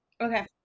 Okay